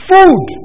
Food